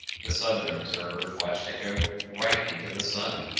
the southern observers watched it go right into the sun,